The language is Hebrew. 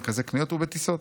מרכזי קניות ובטיסות.